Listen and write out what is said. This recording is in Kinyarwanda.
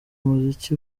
umuziki